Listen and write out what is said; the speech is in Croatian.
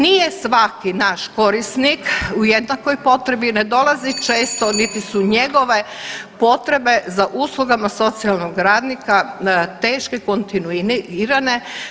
Nije svaki naš korisnik u jednakoj potrebi, ne dolazi često niti su njegove potrebe za uslugama socijalnog radnika teške, kontinuirane.